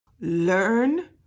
Learn